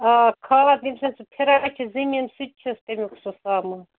آ کھاد ییٚمہِ سٍتۍ سُہ پھِران چھِ زٔمیٖن سُہ تہِ چھُس تَمیُک سُہ سامان